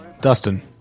Dustin